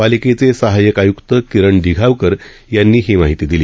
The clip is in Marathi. पालिकेचे सहायक आयुक्त किरण दिघावकर यांनी ही माहिती दिली